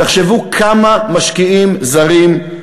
תחשבו כמה משקיעים זרים,